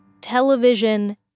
television